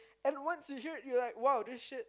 and once you hear it you're like !wow! this shit